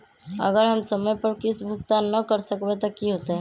अगर हम समय पर किस्त भुकतान न कर सकवै त की होतै?